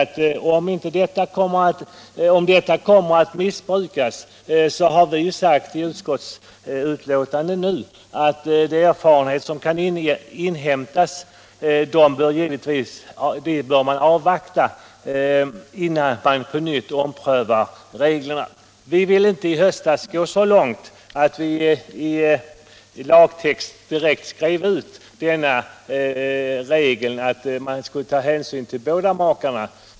För den händelse reglerna kommer att missbrukas har vi nu sagt i utskottsbetänkandet att man bör avvakta de erfarenheter som kan inhämtas, innan man på nytt om prövar reglerna. Vi ville inte i höstas gå så långt att vi i lagtext direkt skrev in regeln att man skulle reducera arbetsinkomsten lika för båda makarna.